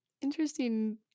Interesting